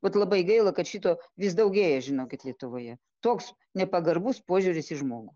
vat labai gaila kad šito vis daugėja žinokit lietuvoje toks nepagarbus požiūris į žmogų